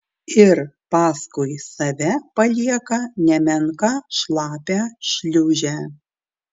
ir paskui save palieka nemenką šlapią šliūžę